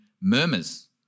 murmurs